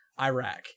iraq